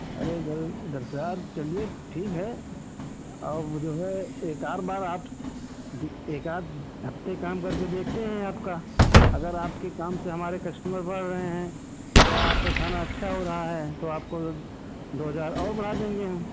अरे भाई दस हजार चलिए ठीक है आप मुझे एक आध बार आप एक आध हफ्ते काम कर के देखते हैं आपका अगर आपके काम से हमारे कस्टमर बढ़ रहे हैं या आपका खाना अच्छा हो रहा है तो आपको दो हजार और बढ़ा देंगे हम